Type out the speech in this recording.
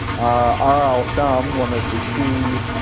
ahrar ash-sham, one of the key